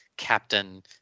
captain